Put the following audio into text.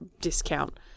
discount